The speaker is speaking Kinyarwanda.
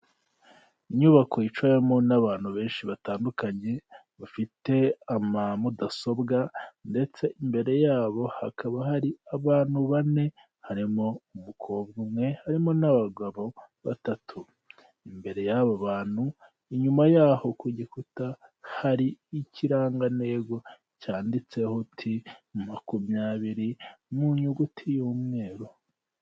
Inyubako yicawemo n'abantu benshi batandukanye bafite ama mudasobwa ndetse imbere yabo hakaba hari abantu bane harimo umukobwa umwe harimo n'abagabo batatu imbere y'aba bantu, inyuma yaho ku gikuta hari ikirangantego cyanditseho ti makumyabiri mu nyuguti y'umweru.